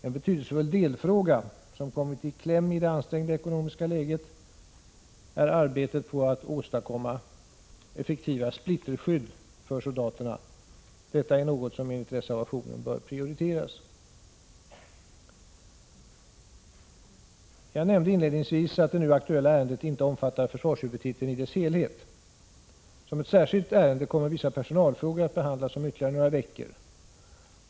En betydelsefull delfråga som kommit i kläm i det ansträngda ekonomiska läget är arbetet på att åstadkomma effektiva splitterskydd för soldaterna. Detta är något som enligt reservationen bör prioriteras. Jag nämnde inledningsvis att det nu aktuella ärendet inte omfattar försvarshuvudtiteln i dess helhet. Som ett särskilt ärende kommer vissa personalfrågor att behandlas om ytterligare några veckor.